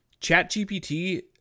ChatGPT